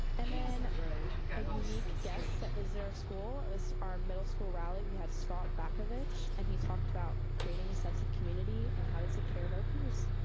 and then a unique guest that visited our school was our middle school rally, we had scott bakovitch, and he talked about creating a sense of community and how to take care of our peers.